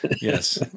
Yes